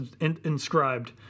inscribed